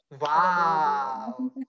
wow